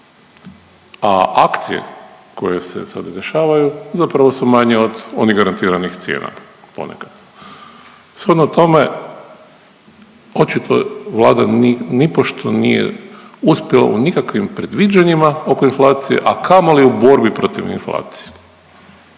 A akcije koje se sad dešavaju zapravo su manje od onih garantiranih cijena ponekad. Shodno tome očito Vlada nipošto nije uspjela u nikakvim predviđanjima oko inflacije, a kamoli u borbi protiv inflacije.